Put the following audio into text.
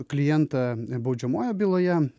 klientą baudžiamoje byloje